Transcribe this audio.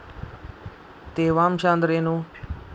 ತೇವಾಂಶ ಅಂದ್ರೇನು?